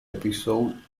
episode